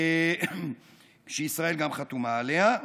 שגם ישראל חתומה עליה,